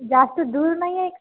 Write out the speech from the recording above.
जास्त दूर नाही आहे